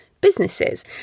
businesses